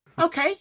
Okay